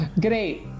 Great